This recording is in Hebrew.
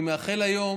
אני מייחל ליום